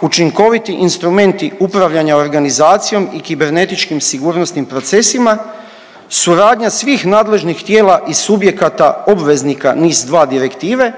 Učinkoviti instrumenti upravljanja organizacijom i kibernetičkim sigurnosnim procesima, suradnja svih nadležni tijela i subjekata obveznika NIS2 direktive